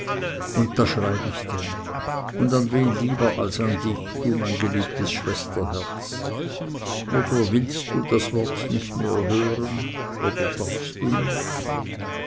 und da schreib ich denn und an wen lieber als an dich du mein geliebtes schwesterherz oder willst du das wort nicht mehr hören oder darfst du nicht